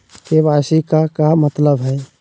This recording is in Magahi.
के.वाई.सी के का मतलब हई?